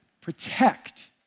protect